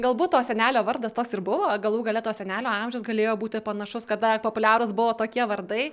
galbūt to senelio vardas toks ir buvo galų gale to senelio amžius galėjo būti panašus kada populiarūs buvo tokie vardai